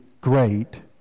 great